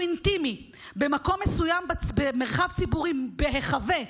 אינטימי במקום מסוים במרחב ציבורי בהיחבא,